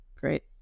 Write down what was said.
great